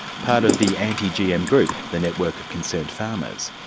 part of the anti-gm group, the network of concerned farmers.